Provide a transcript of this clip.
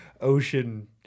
ocean